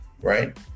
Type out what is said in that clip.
right